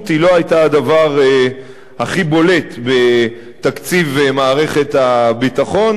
לא היתה הדבר הכי בולט בתקציב מערכת הביטחון,